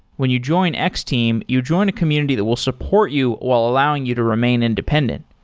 when you join x-team, you join a community that will support you while allowing you to remain independent,